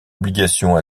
obligation